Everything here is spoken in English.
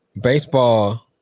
baseball